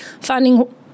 finding